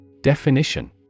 Definition